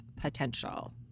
potential